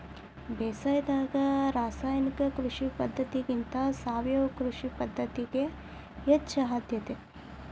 ಬೇಸಾಯದಾಗ ರಾಸಾಯನಿಕ ಕೃಷಿ ಪದ್ಧತಿಗಿಂತ ಸಾವಯವ ಕೃಷಿ ಪದ್ಧತಿಗೆ ಹೆಚ್ಚು ಆದ್ಯತೆ